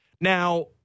Now